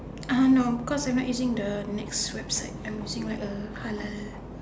uh no because I'm not using the Nex website I'm using like a halal